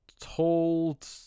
told